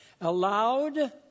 allowed